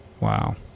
Wow